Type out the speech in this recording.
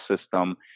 system